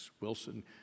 Wilson